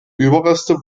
überreste